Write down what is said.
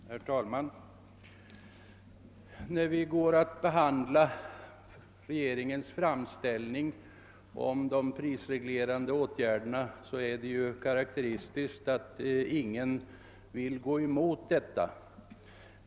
Herr talman! När vi nu går att behandla regeringens framställning om de prisreglerande åtgärderna är det karakteristiskt att ingen vill gå emot denna.